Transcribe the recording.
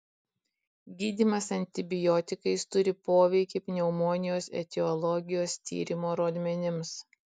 gydymas antibiotikais turi poveikį pneumonijos etiologijos tyrimo rodmenims